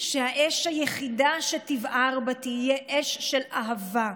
שהאש היחידה שתבער בה תהיה אש של אהבה,